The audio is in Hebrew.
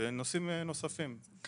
ונושאים נוספים.